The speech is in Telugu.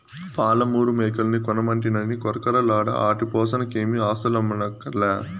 పాలమూరు మేకల్ని కొనమంటినని కొరకొరలాడ ఆటి పోసనకేమీ ఆస్థులమ్మక్కర్లే